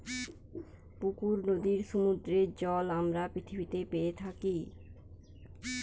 পুকুর, নদীর, সমুদ্রের জল আমরা পৃথিবীতে পেয়ে থাকি